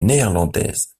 néerlandaise